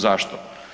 Zašto?